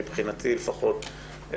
מבחינתי לפחות,